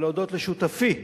ולהודות לשותפי,